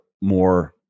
more